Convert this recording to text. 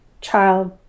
child